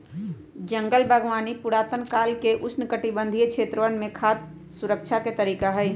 जंगल बागवानी पुरातन काल से उष्णकटिबंधीय क्षेत्रवन में खाद्य सुरक्षा के तरीका हई